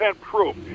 proof